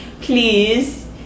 please